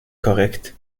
correcte